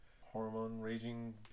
hormone-raging